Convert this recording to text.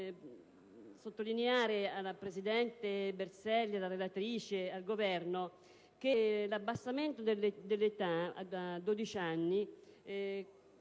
sottolineare al presidente Berselli, alla relatrice e al Governo che l'abbassamento dell'età a 12 anni